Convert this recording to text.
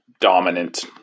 dominant